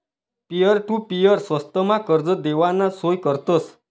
peer to peer स्वस्तमा कर्ज देवाना सोय करतस